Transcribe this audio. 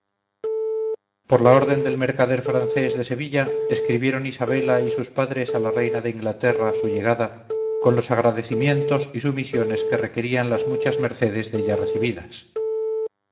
por la orden del mercader francés de sevilla escribieron isabela y sus padres a la reina de inglaterra su llegada con los agradecimientos y sumisiones que requerían las muchas mercedes della recebidas